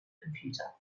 computer